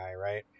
right